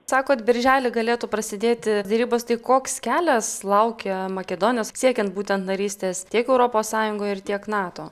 sakot birželį galėtų prasidėti derybos tai koks kelias laukia makedonijos siekiant būtent narystės tiek europos sąjungoje ir tiek nato